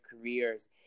careers